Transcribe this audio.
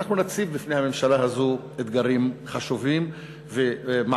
אנחנו נציב בפני הממשלה הזאת אתגרים חשובים ומערכה